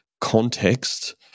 context